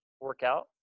workout